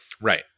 Right